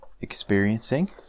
experiencing